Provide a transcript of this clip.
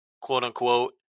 quote-unquote